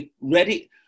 ready